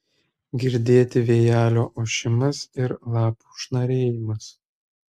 girdėti vėjelio ošimas ir lapų šnarėjimas